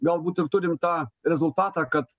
galbūt ir turim tą rezultatą kad